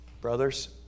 brothers